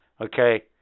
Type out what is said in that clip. Okay